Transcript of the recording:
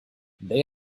they